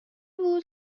بود